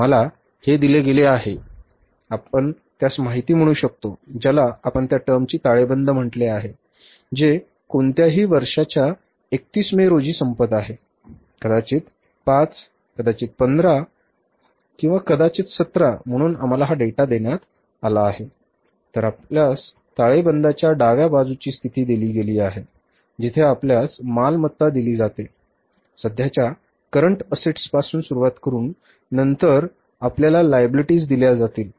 आम्हाला हे दिले गेले आहे आपण त्यास माहिती म्हणू शकतो ज्याला आपण त्या टर्मची ताळेबंद म्हटले आहे जे कोणत्याही वर्षाच्या 31 मे रोजी संपत आहे कदाचित 5 कदाचित 15 हा कदाचित 17 म्हणून आम्हाला हा डेटा देण्यात आला आहे तर आपल्यास ताळेबंदाच्या डाव्या बाजूची स्थिती दिली गेली आहे जिथे आपल्याला मालमत्ता दिली जाते सध्याच्या current assets पासून सुरुवात करुन नंतर आपल्याला liabilities दिल्या जातील